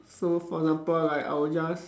so for example like I'll just